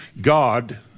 God